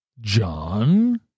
John